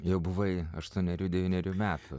jau buvai aštuonerių devynerių metų